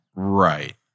Right